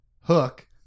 hook